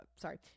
sorry